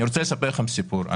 אני רוצה לספר לכם סיפור.